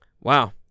wow